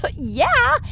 but yeah.